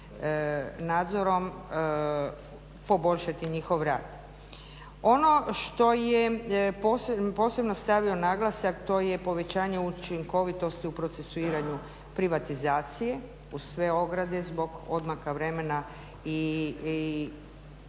nadzorom poboljšati njihov rad. Ono što je posebno stavio naglasak to je povećanje učinkovitosti u procesuiranju privatizacije uz sve ograde zbog odmaka vremena i